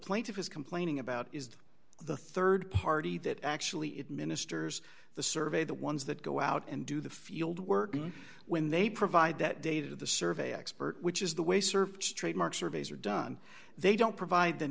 plaintiff is complaining about is the rd party that actually it ministers the survey the ones that go out and do the field work when they provide that data to the survey expert which is the way served trademarks surveys are done they don't provide the